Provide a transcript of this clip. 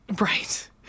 Right